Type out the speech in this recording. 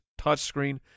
touchscreen